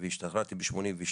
והשתחררתי ב-82'